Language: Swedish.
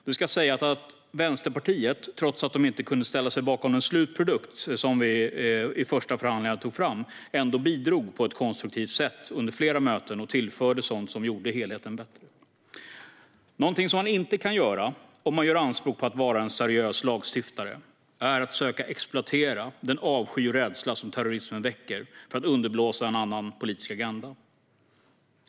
Det ska sägas att Vänsterpartiet, trots att de inte kunde ställa sig bakom den slutprodukt som vi tog fram i de första förhandlingarna, bidrog på ett konstruktivt sätt under flera möten och tillförde sådant som gjorde helheten bättre. Någonting som man inte kan göra om man gör anspråk på att vara en seriös lagstiftare är att söka exploatera den avsky och rädsla som terrorismen väcker för att underblåsa en annan politisk agenda.